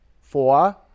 Four